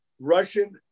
Russian